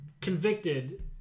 Convicted